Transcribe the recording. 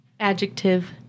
Adjective